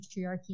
patriarchy